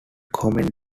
comet